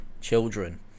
children